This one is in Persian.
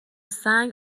سنگ